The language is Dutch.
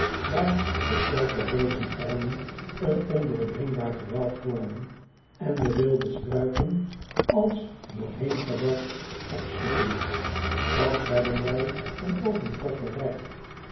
waar de sterke reuzenarmen een ondoordringbaar gewelf vormen en de wilde struiken als dooreengeward opschieten straks hebben wij een open plek bereikt